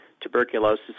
tuberculosis